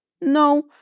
No